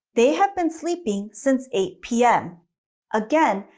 they have been sleeping since eight p m again,